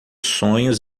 sonhos